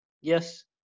Yes